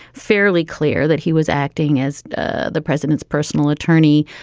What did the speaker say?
fairly clear that he was acting as ah the president's personal attorney,